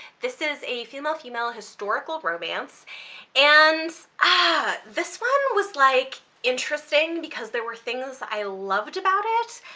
this is a female female historical romance and ah this one was like interesting because there were things i loved about it,